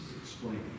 explaining